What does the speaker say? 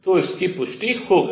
तो इसकी पुष्टि हो गई